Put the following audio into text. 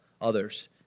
others